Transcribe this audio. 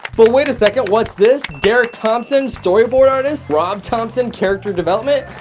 but wait a second what's this? derek thompson storyboard artist, rob thompson character development,